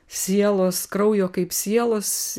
sielos kraujo kaip sielos